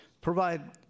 Provide